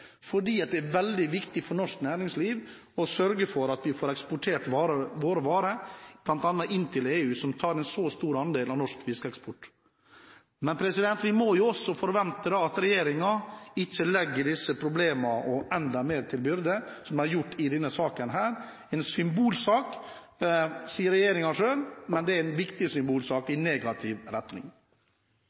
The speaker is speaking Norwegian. det er veldig viktig for norsk næringsliv at vi får eksportert varene våre, bl.a. inn til EU, som tar en så stor andel av norsk fiskeeksport. Men vi må også forvente at regjeringen ikke legger disse problemene – og enda mer – som byrde på oss, slik de har gjort i denne saken. En symbolsak, sier regjeringen selv, men det er en viktig symbolsak – i negativ retning.